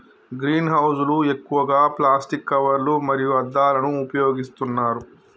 green house లు ఎక్కువగా plastic కవర్లు మరియు అద్దాలను ఉపయోగిస్తున్నారు